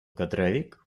кадровик